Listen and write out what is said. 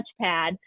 touchpad